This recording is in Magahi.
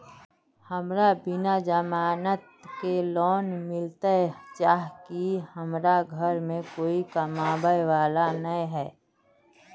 हमरा बिना जमानत के लोन मिलते चाँह की हमरा घर में कोई कमाबये वाला नय है?